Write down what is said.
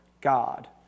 God